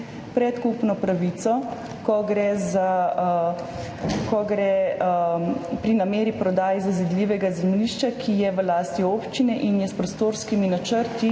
predkupno pravico, ko gre za namero prodaje zazidljivega zemljišča, ki je v lasti občine in je s prostorskimi načrti